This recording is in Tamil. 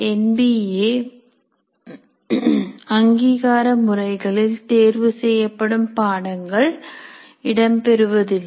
என் பி ஏ அங்கீகார முறைகளில் தேர்வு செய்யப்படும் பாடங்கள் இடம்பெறுவதில்லை